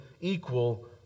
equal